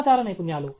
సమాచార నైపుణ్యాలు